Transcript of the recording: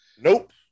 Nope